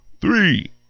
three